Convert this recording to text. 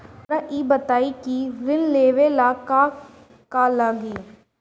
हमरा ई बताई की ऋण लेवे ला का का लागी?